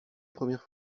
première